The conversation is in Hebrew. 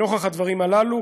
נוכח הדברים הללו,